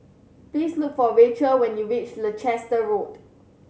please look for Racheal when you reach Leicester Road